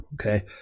okay